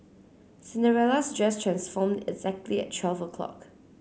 Cinderella's dress transformed exactly at twelve o'clock